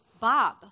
Bob